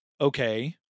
okay